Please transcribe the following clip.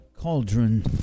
cauldron